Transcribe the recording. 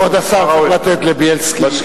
כבוד השר צריך לתת לבילסקי,